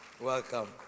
Welcome